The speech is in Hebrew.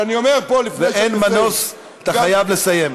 ואני אומר פה לפני, אין מנוס, גם, אתה חייב לסיים.